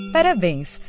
Parabéns